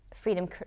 freedom